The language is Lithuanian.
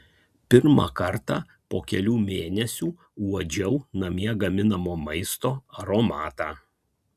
pirmą kartą po kelių mėnesių uodžiau namie gaminamo maisto aromatą